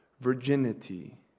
virginity